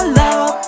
love